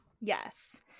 yes